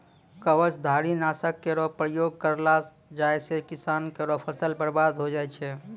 कवचधारी? नासक केरो प्रयोग करलो जाय सँ किसान केरो फसल बर्बाद होय जाय छै